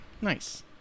Nice